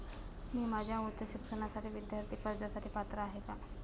मी माझ्या उच्च शिक्षणासाठी विद्यार्थी कर्जासाठी पात्र आहे का?